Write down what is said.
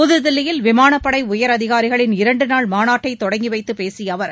புதுதில்லியில் விமானப்படை உயர் அதிகாரிகளின் இரண்டுநாள் மாநாட்டை தொடங்கி வைத்துப் பேசிய அவர்